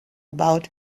about